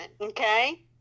okay